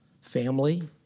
family